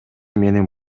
менин